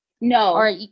No